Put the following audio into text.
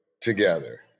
together